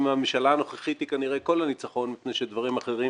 עם הממשלה הנוכחית היא כנראה כל הניצחון מפני שדברים אחרים